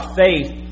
faith